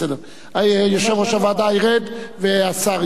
בצירוף קולו של יושב-ראש הוועדה חיים כץ,